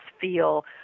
feel